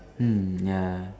mm ya